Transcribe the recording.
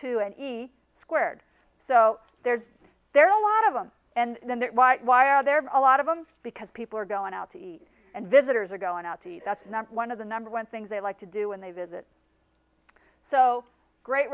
to an e squared so there's there are a lot of them and then why are there a lot of them because people are going out to eat and visitors are going out to eat that's not one of the number one things they like to do when they visit so great